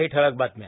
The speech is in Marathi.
काही ठळक बातम्या